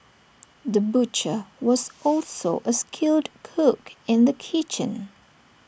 the butcher was also A skilled cook in the kitchen